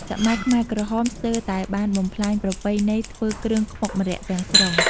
សម័យខ្មែរក្រហមស្ទើរតែបានបំផ្លាញប្រពៃណីធ្វើគ្រឿងខ្មុកម្រ័ក្សណ៍ទាំងស្រុង។